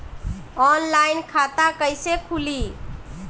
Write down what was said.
Online खाता कईसे खुलि?